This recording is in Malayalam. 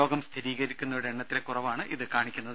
രോഗം സ്ഥിരീകരിക്കുന്നവരുടെ എണ്ണത്തിലെ കുറവാണ് ഇത് കാണിക്കുന്നത്